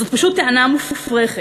זו פשוט טענה מופרכת.